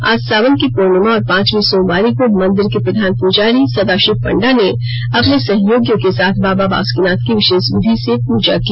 आज सावन की पूर्णिमा और पांचवीं सोमवारी को मंदिर के प्रधान पुजारी सदाशिव पंडा ने अपने सहयोगियों के साथ बाबा बासुकिनाथ की विशेष विधि से प्रजा की